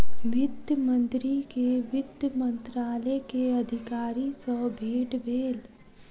वित्त मंत्री के वित्त मंत्रालय के अधिकारी सॅ भेट भेल